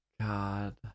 god